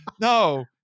No